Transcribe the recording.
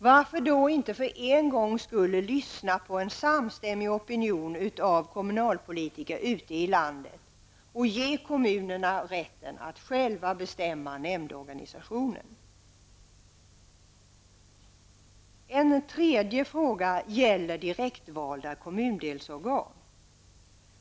Varför då inte för en gångs skull lyssna på en samstämmig opinion av kommunalpolitiker ute i landet och ge kommunerna rätten att själva bestämma nämndorganisation? En tredje fråga gäller direktvalda kommundelsorgan.